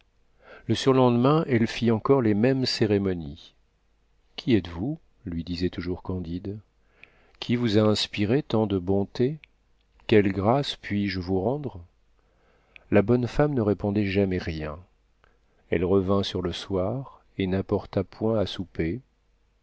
le surlendemain elle fit encore les mêmes cérémonies qui êtes-vous lui disait toujours candide qui vous a inspiré tant de bonté quelles grâces puis-je vous rendre la bonne femme ne répondait jamais rien elle revint sur le soir et n'apporta point à souper